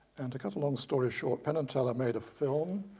and to cut a long story short, penn and teller made a film,